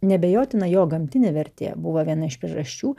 neabejotina jo gamtinė vertė buvo viena iš priežasčių